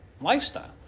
lifestyle